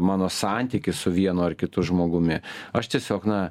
mano santykis su vienu ar kitu žmogumi aš tiesiog na